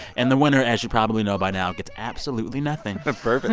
and the winner, as you probably know by now, gets absolutely nothing but perfect